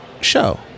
show